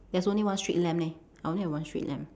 there's only one street lamp leh I only have one street lamp